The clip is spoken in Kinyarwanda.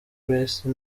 grace